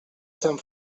sant